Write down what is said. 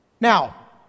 Now